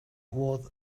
was